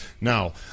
Now